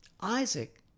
Isaac